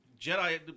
Jedi